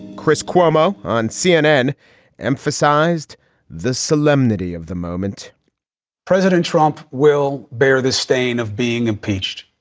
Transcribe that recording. chris cuomo on cnn emphasized the solemnity of the moment president trump will bear the stain of being impeached,